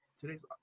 Today's